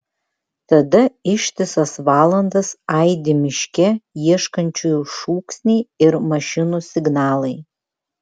tada ištisas valandas aidi miške ieškančiųjų šūksniai ir mašinų signalai